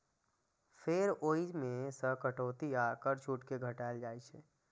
फेर ओइ मे सं कटौती आ कर छूट कें घटाएल जाइ छै